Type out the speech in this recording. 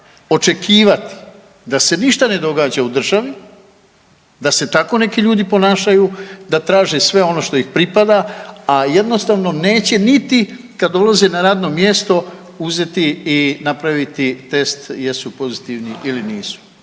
očekivati da se ništa ne događa u državi, da se tako neki ljudi ponašaju da traže sve ono što ih pripada, a jednostavno neće niti kad ulaze na radno mjesto uzeti i napraviti test jesu pozitivni ili nisu.